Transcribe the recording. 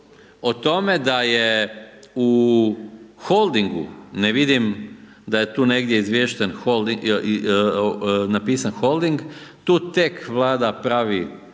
o tome da je u Holdingu, ne vidim da je tu negdje izvješten, napisan Holding, tu tek vlada pravi